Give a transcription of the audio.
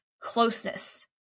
closeness